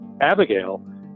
Abigail